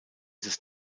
des